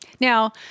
Now